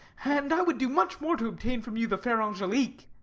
and i would do much more to obtain from you the fair angelique.